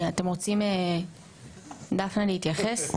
אתם רוצים, דפנה, להתייחס?